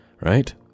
Right